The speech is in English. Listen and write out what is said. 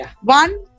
One